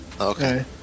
Okay